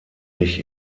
sich